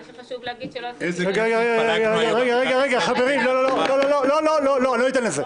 מה שחשוב להגיד, שלא עשיתי לא את זה ולא את זה.